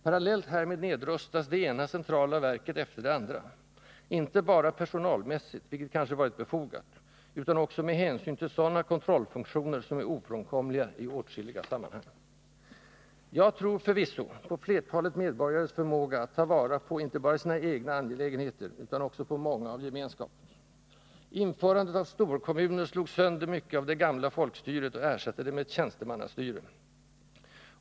Parallellt härmed nedrustas det ena centrala verket efter det andra — inte bara personalmässigt, vilket kanske varit befogat — utan också med hänsyn till kontrollfunktioner som är ofrånkomliga i åtskilliga sammanhang. Jag tror förvisso på flertalet medborgares förmåga att ta vara inte bara på sina egna angelägenheter utan också på många av gemenskapens. Införandet av storkommuner slog sönder mycket av det gamla folkstyret och ersatte det med ett tjänstemannastyre.